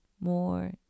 more